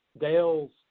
Dale's